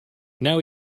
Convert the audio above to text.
now